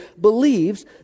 believes